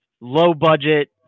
low-budget